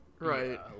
Right